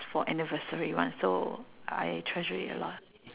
for anniversary [one] so I treasure it a lot